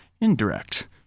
indirect